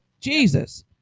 Jesus